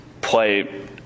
play